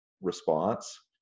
response